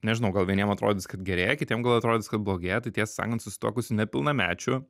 nežinau gal vieniem atrodys kad gerėja kitiem gal atrodys kad blogėja tai tiesą sakant susituokusių nepilnamečių